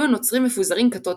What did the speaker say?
היו הנוצרים מפוזרים כתות-כתות.